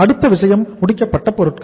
அடுத்த விஷயம் முடிக்கப்பட்ட பொருட்கள்